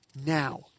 now